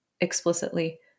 explicitly